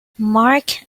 mark